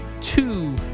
two